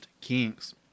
Kings